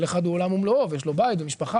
אחד הוא עולם ומלואו ויש לו בית ומשפחה,